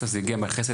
בסוף זה הגיע מהחסד,